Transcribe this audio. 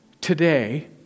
today